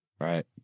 Right